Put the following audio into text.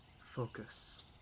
focus